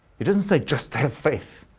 it doesn't say just have faith.